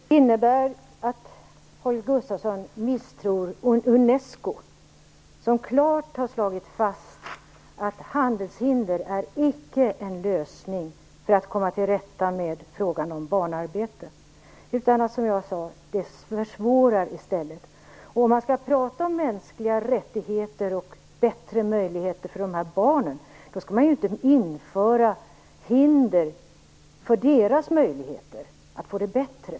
Herr talman! Det innebär att Holger Gustafsson misstror Unesco, som klart har slagit fast att handelshinder icke är en lösning för att man skall komma till rätta med frågan om barnarbete, utan handelshinder försvårar i stället. Om man skall tala om mänskliga rättigheter och bättre möjligheter för barnen skall man ju inte införa hinder för deras möjligheter att få det bättre.